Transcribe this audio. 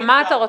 וזה בסדר,